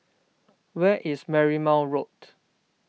where is Marymount Road